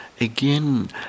again